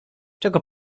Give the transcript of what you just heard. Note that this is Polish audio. czego